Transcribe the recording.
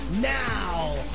now